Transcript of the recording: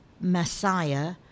Messiah